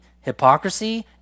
hypocrisy